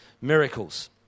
miracles